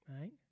Right